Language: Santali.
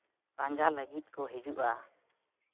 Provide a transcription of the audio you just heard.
ᱯᱟᱸᱡᱟ ᱞᱟᱹᱜᱤᱫ ᱠᱚ ᱦᱤᱡᱩᱜᱼᱟ